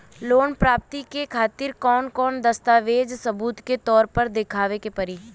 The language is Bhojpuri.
लोन प्राप्ति के खातिर कौन कौन दस्तावेज सबूत के तौर पर देखावे परी?